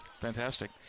fantastic